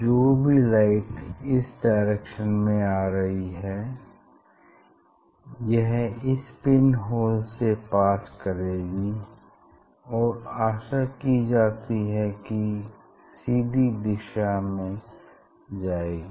जो भी लाइट इस डायरेक्शन में आ रही है यह इस पिन होल से पास करेगी और आशा की जाती है कि सीधी दिशा में जाएगी